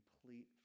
complete